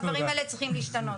הדברים האלה צריכים להשתנות.